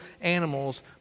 animals